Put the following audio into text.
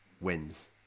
wins